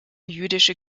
jüdische